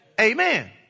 Amen